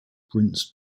prince